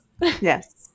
Yes